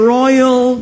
royal